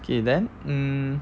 K then hmm